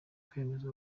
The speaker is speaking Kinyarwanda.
kwemezwa